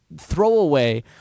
throwaway